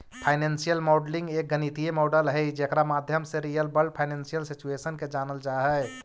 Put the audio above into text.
financial modelling एक गणितीय model हई जेकर माध्यम से रियल वर्ल्ड फाइनेंशियल सिचुएशन के जानल जा हई